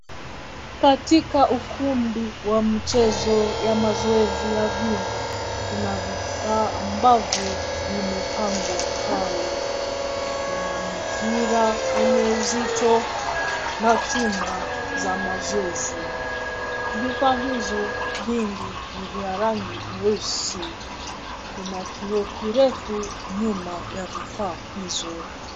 Katika ukumbi wa mchezo ya mazoezi wa viungo, kuna vifaa ambavyo vimepangwa pale. Kuna mipira yenye uzito na chuma za mazoezi. Vifaa hizo vingi ni vya rangi mweusi. Kuna kioo kirefu nyuma ya vifaa hizo.